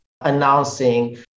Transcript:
announcing